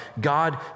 God